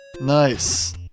Nice